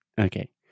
Okay